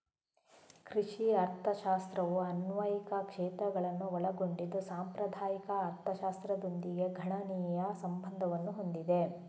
ಕೃಷಿ ಅರ್ಥಶಾಸ್ತ್ರವು ಅನ್ವಯಿಕ ಕ್ಷೇತ್ರಗಳನ್ನು ಒಳಗೊಂಡಿದ್ದು ಸಾಂಪ್ರದಾಯಿಕ ಅರ್ಥಶಾಸ್ತ್ರದೊಂದಿಗೆ ಗಣನೀಯ ಸಂಬಂಧವನ್ನು ಹೊಂದಿದೆ